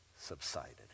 subsided